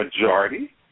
majority